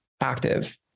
active